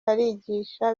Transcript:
arigisha